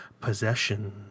Possession